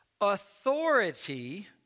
Authority